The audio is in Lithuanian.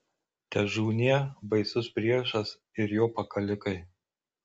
težūnie baisus priešas ir jo pakalikai